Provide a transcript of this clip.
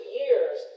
years